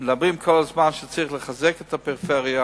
מדברים כל הזמן שצריך לחזק את הפריפריה,